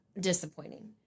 disappointing